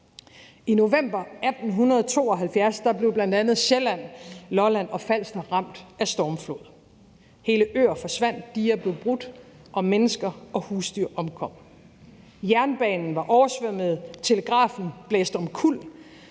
I november 1872 blev bl.a. Sjælland, Lolland og Falster ramt af stormflod. Hele øer forsvandt, diger blev brudt og mennesker og husdyr omkom. Jernbanen var oversvømmet, telegrafen blæste omkuld,